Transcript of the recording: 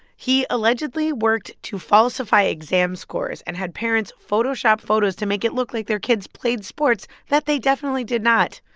he allegedly worked to falsify exam scores and had parents photoshop photos to make it look like their kids played sports that they definitely did not.